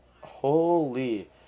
Holy